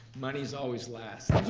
money's always last.